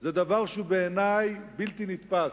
זה דבר שהוא בעיני בלתי נתפס.